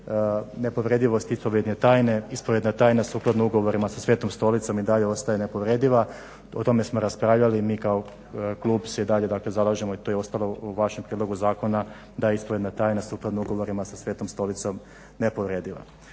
nepovredivosti ispovjedne tajne. Ispovjedna tajna sukladno ugovorima sa Svetom Stolicom i dalje ostaje nepovrediva, o tome smo raspravljali. Mi kao klub se i dalje zalažemo i to je ostalo u vašem prijedlogu zakona da je ispovjedna tajna sukladno ugovorima sa Svetom Stolicom nepovrediva.